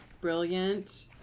Brilliant